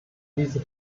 diese